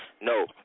No